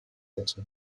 hätte